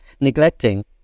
neglecting